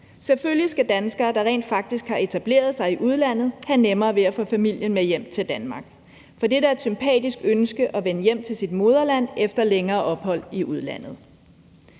Selvfølgelig skal danskere, der rent faktisk har etableret sig i udlandet, have nemmere ved at få familien med hjem til Danmark, for det er da et sympatisk ønske at vende hjem til sit moderland efter længere ophold i udlandet.